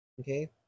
Okay